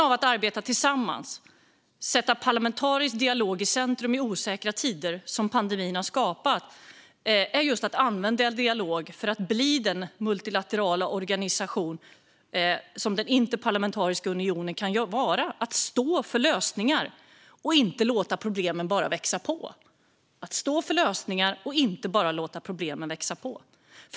Att arbeta tillsammans och sätta parlamentarisk dialog i centrum i de osäkra tider som pandemin har skapat syftar till att Interparlamentariska unionen ska bli den multilaterala organisation den kan vara. Man ska stå för lösningar och inte bara låta problemen växa.